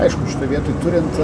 aišku šitoj vietoj turint